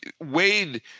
Wade